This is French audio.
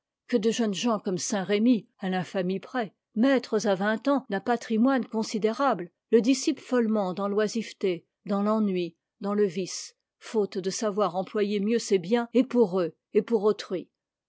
que de jeunes gens comme saint-remy à l'infamie près maîtres à vingt ans d'un patrimoine considérable le dissipent follement dans l'oisiveté dans l'ennui dans le vice faute de savoir employer mieux ces biens et pour eux et pour autrui